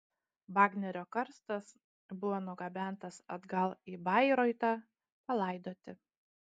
vagnerio karstas buvo nugabentas atgal į bairoitą palaidoti